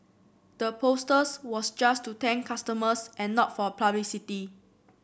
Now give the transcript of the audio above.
the posters was just to thank customers and not for publicity